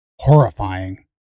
horrifying